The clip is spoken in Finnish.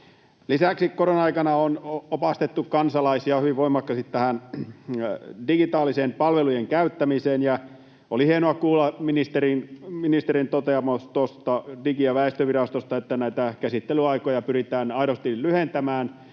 Lisäksi korona-aikana on opastettu kansalaisia hyvin voimakkaasti digitaaliseen palvelujen käyttämiseen. Oli hienoa kuulla ministerin toteamus Digi- ja väestövirastosta, että käsittelyaikoja pyritään aidosti lyhentämään